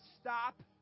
Stop